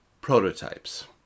Prototypes